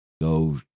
go